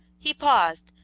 he paused,